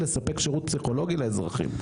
לספק שירות פסיכולוגי לאזרחים.